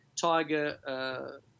Tiger